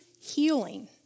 healing